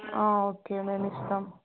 okay మేము ఇస్తాము